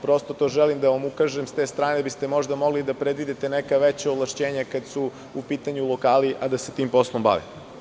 Prosto, na to želim da vam ukažem, da biste možda mogli da predvidite neka veća ovlašćenja kada su u pitanju lokali, a da se tim poslom bave.